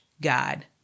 God